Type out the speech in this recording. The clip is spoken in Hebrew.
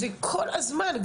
זה כל הזמן,